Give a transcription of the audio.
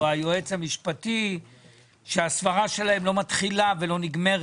היועץ המשפטי שהסברה שלהם לא מתחילה ולא נגמרת.